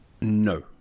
no